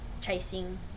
chasing